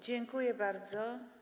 Dziękuję bardzo.